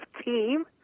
team